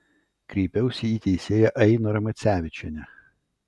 kreipiausi į teisėją ainorą macevičienę